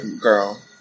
Girl